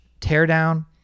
teardown